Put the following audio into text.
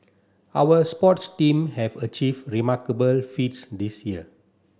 our sports team have achieve remarkable feats this year